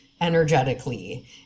energetically